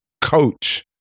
coach